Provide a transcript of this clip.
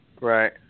Right